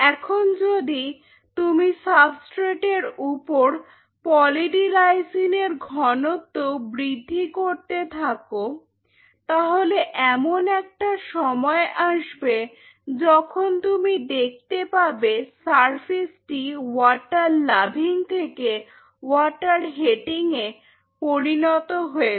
এখন যদি তুমি সাবস্ট্রেট এর উপর পলি ডি লাইসিন এর ঘনত্ব বৃদ্ধি করতে থাকো তাহলে এমন একটা সময় আসবে যখন তুমি দেখতে পাবে সারফেসটি ওয়াটার লাভিং থেকে ওয়াটার হেটিং এ পরিণত হয়েছে